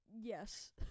Yes